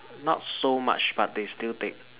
not so much but they still take